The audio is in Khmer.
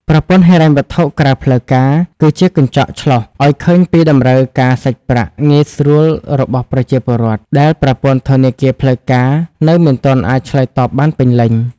ប្រព័ន្ធហិរញ្ញវត្ថុក្រៅផ្លូវការគឺជា "កញ្ចក់ឆ្លុះ" ឱ្យឃើញពីតម្រូវការសាច់ប្រាក់ងាយស្រួលរបស់ប្រជាពលរដ្ឋ ដែលប្រព័ន្ធធនាគារផ្លូវការនៅមិនទាន់អាចឆ្លើយតបបានពេញលេញ។